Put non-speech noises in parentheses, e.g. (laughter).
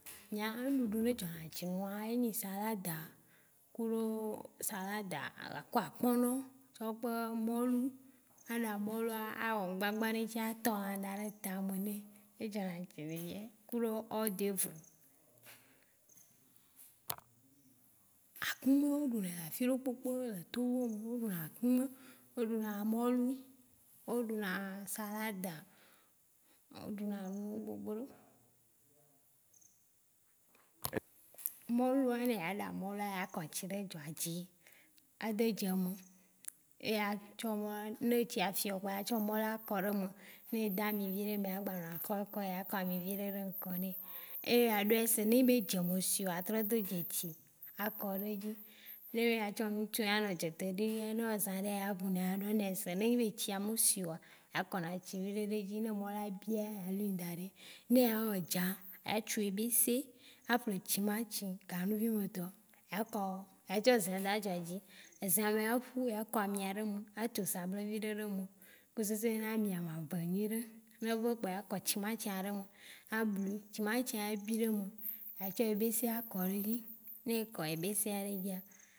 Nya ŋuɖuɖu ne dzɔna dzi nua nyea ye nyi salada kudo salada ku (hesitation) akpɔno tsɔ kpe mɔlu. A ɖa mɔlua a wɔ ŋgbãbã ɖe eŋtsi a tɔlã ɖe ta me nɛ, eye dzɔna dzi na nyea kudo hors d'oeuvre. Akume o ɖunɛ le afiɖe kpekpe le Togo me. O ɖuna akume, o ɖu na mɔlu, o ɖu na salada, o ɖu na nu wo gbogbo ɖe. Mɔlua n eya ɖa mɔlua a kɔ tsi ɖe d dzo dzi a de dze me eya tsɔ mɔa- ne etsi ya fiɔ kpɔa a tsɔ mɔlua kɔɖe me. Ne edo ami viɖe mea egba nɔna kɔlkɔe ya kɔ ami viɖe ɖe me kɔ nɛ e ya ɖɔe se ne enyi be dze me ayi yeoa ya trɔ do dze dzi a kɔɖe edzi. Ne be ya tsɔ na nu tsɔe ya nɔ dze dɔ ɖi ne ewɔ zã ɖe ya ɖu ɖe ya ɖɔe nɛ se, ne enyi be etsia me sui wa a kɔna tsi viɖe ɖe edzi ne mɔlua bia, ya lũi daɖe ne ya wɔ dza, a tsu ebese, a ƒle tsimatsi kanuvi me tɔ a kɔ-ya tsɔ zea de dzo dzi. Eze mea ƒu ya kɔ amia ɖe me, a tso sablɛ viɖe ɖe me ku susu bena amia ya ʋe nyuiɖe. Ne eve kpɔa a kɔ tsimatsi ɖ me, a blui. Tsimatsi ya ebi le me a tsɔ ebesea kɔɖe edzi. Ne ekɔ ebesea ɖe edzia.